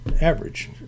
average